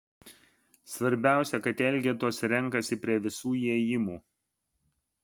svarbiausia kad tie elgetos renkasi prie visų įėjimų